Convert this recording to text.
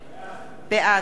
אברהים צרצור,